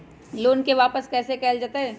Loan के वापस कैसे कैल जतय?